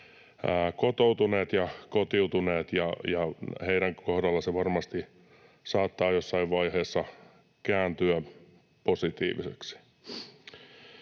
kotoutuneet ja kotiutuneet, ja heidän kohdallaan se varmasti saattaa jossain vaiheessa kääntyä positiiviseksi.